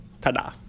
Ta-da